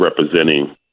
representing